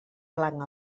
blanc